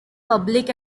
public